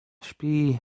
śpi